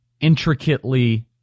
intricately